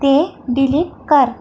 ते डिलीट कर